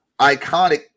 iconic